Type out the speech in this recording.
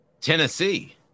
Tennessee